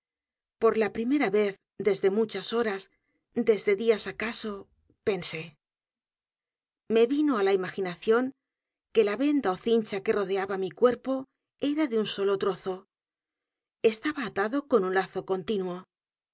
r la primera vez desde muchas horas desde días acaso pensé me vino á la imaginación que la venda ó cincha que rodeaba mi cuerpo era de u n solo trozo e s t a b a atado con un lazo continuo